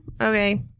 Okay